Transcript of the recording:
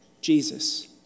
Jesus